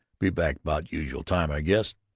be back about usual time, i guess.